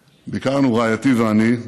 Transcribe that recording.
ביקרנו, רעייתי ואני,